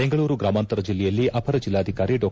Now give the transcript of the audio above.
ಬೆಂಗಳೂರು ಗ್ರಾಮಾಂತರ ಜಿಲ್ಲೆಯಲ್ಲಿ ಅಪರ ಜಿಲ್ಲಾಧಿಕಾರಿ ಡಾ